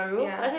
ya